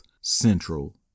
Central